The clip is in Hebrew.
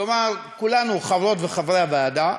כלומר כולנו, חברות וחברי הוועדה,